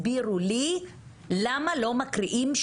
משרד השוויון החברתי --- אני דייקתי אמרתי הצהרה.